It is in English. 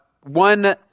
one